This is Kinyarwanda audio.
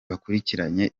bakurikiranye